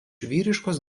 vyriškos